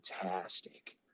fantastic